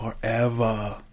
Forever